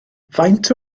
faint